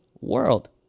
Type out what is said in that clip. world